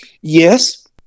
Yes